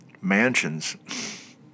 mansions